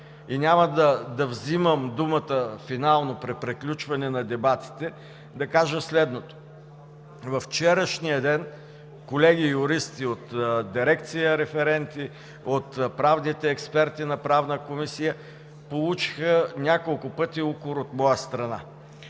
и няма да взимам думата финално при приключване на дебатите, да кажа следното. Във вчерашния ден колеги юристи от дирекция „Референти“, правните експерти на Правната комисия, получиха няколко пъти укор от моя страна.